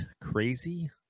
crazy